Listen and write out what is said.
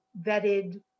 vetted